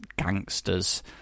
Gangsters